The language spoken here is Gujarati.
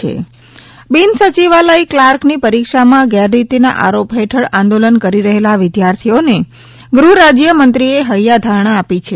ગૌણસેવા બિનસચિવાલય કલાર્કની પરીક્ષામાં ગેરરીતિના આરોપ હેઠળ આંદોલન કરી રહેલા વિદ્યાર્થીઓને ગૃહરાજ્યમંત્રીએ હૈયાધારણા આપી છે